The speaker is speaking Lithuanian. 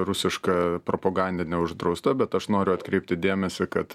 rusiška propaganda neuždrausta bet aš noriu atkreipti dėmesį kad